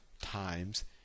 times